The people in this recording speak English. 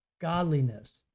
godliness